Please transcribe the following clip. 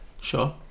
sure